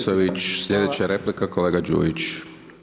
Slijedeća replika kolega Đujić.